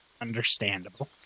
Understandable